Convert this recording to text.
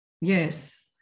Yes